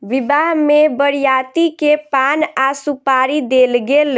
विवाह में बरियाती के पान आ सुपारी देल गेल